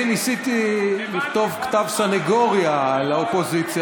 אני ניסיתי לכתוב כתב סנגוריה על האופוזיציה,